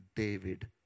David